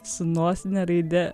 su nosine raide